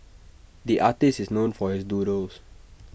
the artist is known for his doodles